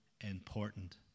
important